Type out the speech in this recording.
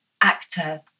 actor